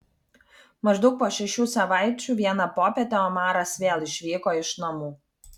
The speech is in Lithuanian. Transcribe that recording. maždaug po šešių savaičių vieną popietę omaras vėl išvyko iš namų